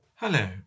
Hello